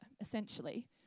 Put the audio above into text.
essentially